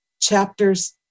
chapters